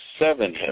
seven